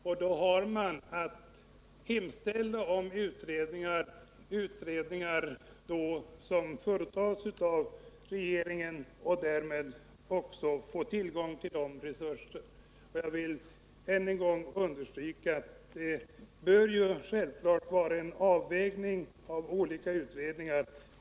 Oppositionen tvingas då att hemställa att riksdagen hos regeringen begär en utredning, varigenom man får tillgång till de resurser regeringen har. Jag vill än en gång understryka att det självfallet bör förekomma en avvägning mellan olika slag av utredningar.